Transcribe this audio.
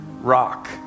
rock